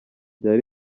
byari